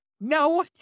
No